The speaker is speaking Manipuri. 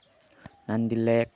ꯗꯥꯟꯗꯤ ꯂꯦꯛ